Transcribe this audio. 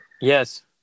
yes